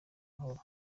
mahoro